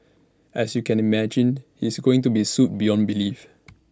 as you can imagine he's going to be sued beyond belief